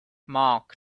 mark